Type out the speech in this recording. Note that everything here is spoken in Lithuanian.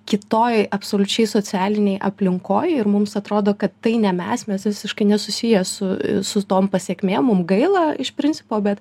kitoj absoliučiai socialinėj aplinkoj ir mums atrodo kad tai ne mes mes visiškai nesusiję su su tom pasekmėm mums gaila iš principo bet